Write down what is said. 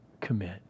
commit